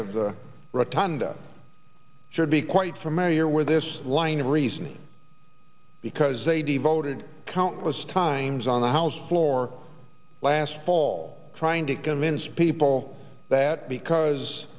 rotunda should be quite familiar with this line of reasoning because they devoted countless times on the house floor last fall trying to convince people that because